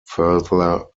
further